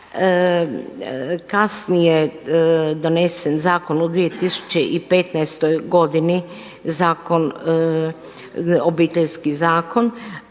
kasnije donesen zakon u 2015. godini Obiteljski zakon,